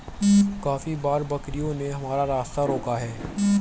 काफी बार बकरियों ने हमारा रास्ता रोका है